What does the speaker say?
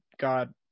god